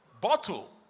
bottle